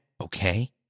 okay